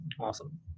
Awesome